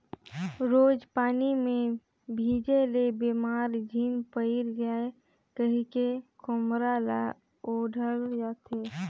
रोज पानी मे भीजे ले बेमार झिन पइर जाए कहिके खोम्हरा ल ओढ़ल जाथे